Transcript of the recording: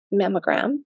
mammogram